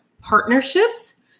partnerships